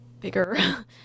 bigger